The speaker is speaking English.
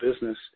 business